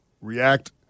react